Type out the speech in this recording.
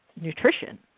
nutrition